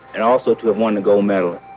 and also to have won the gold medal